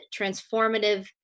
transformative